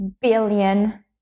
billion